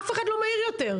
אף אחד לא מעיר יותר.